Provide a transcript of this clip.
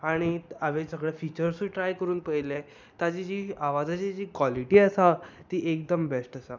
आनी हांवे सगळे फिचर्सूय ट्राय करून पयले ताजी जी आवाजाची जी कॉलिटी आसा ती एकदम बेश्ट आसा